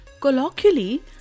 colloquially